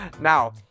Now